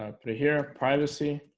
ah put here privacy